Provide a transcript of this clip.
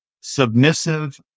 submissive